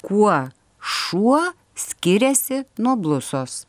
kuo šuo skiriasi nuo blusos